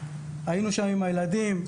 היינו שם עם הילדים,